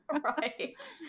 right